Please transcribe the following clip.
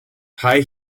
high